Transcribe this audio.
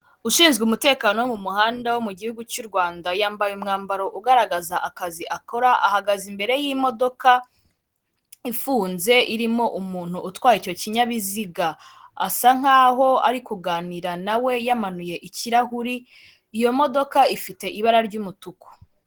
Ushinzwe umutekano wo mu muhanda wo mu gihugu cy'u Rwanda yambaye umwambaro ugaragaza akazi akora, ahagaze imbere y'imodoka ifunze irimo umuntu utwaye icyo kinyabiziga asa nkaho ari kuganira nawe yamanuye ikirahuri, iyo modoka ifite ibara ry'umutuku.